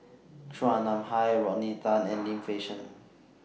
Chua Nam Hai Rodney Tan and Lim Fei Shen